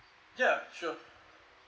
ya sure